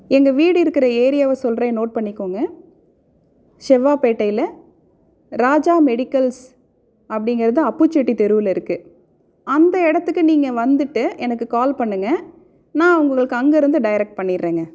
எங்கள் வீடு இருக்கிற ஏரியாவை சொல்கிறேன் நோட் பண்ணிக்கோங்க செவ்வாப்பேட்டையில் ராஜா மெடிக்கல்ஸ் அப்படிங்கிறது அப்புச்செட்டி தெருவில் இருக்குது அந்த இடத்துக்கு நீங்கள் வந்துட்டு எனக்கு கால் பண்ணுங்க நான் உங்களுக்கு அங்கேருந்து டேரக்ட் பண்ணிடறேங்க